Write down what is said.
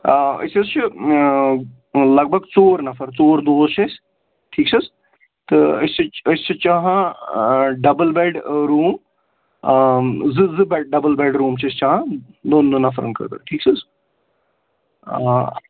آ أسۍ حظ چھِ لگ بگ ژور نَفَر ژور دوس چھِ أسۍ ٹھیٖک چھِ حظ تہٕ أسۍ چھِ أسۍ چھِ چاہان ڈَبٕل بٮ۪ڈ روٗم زٕ زٕ بٮ۪ڈ ڈَبٕل بٮ۪ڈ روٗم چھِ أسۍ چاہان دۄن دۄن نَفرَن خٲطرٕ ٹھیٖک چھِ حظ